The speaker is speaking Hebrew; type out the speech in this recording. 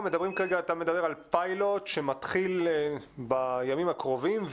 אתה מדבר על פיילוט שמתחיל בימים הקרובים.